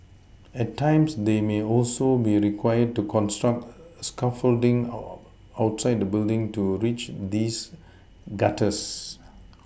at times they may also be required to construct scaffolding outside the building to reach these gutters